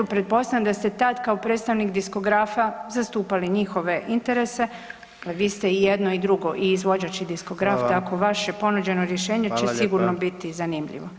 Pretpostavljam da ste tad, kao predstavnik diskografa zastupali njihove interese jer vi ste i jedno i drugo i izvođač i diskograf, [[Upadica: Hvala.]] tako vaše ponuđeno rješenje će sigurno [[Upadica: Hvala lijepa.]] biti zanimljivo.